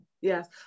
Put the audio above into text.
Yes